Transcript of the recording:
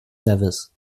nevis